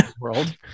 world